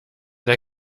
der